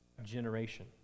generation